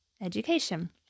education